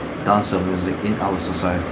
dance or music in our society